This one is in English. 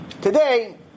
Today